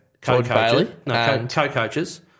Co-coaches